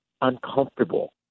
uncomfortable